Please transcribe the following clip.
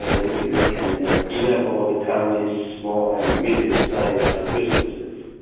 and they they can eat up all the taiwanese small and medium-sized businesses.